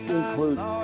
includes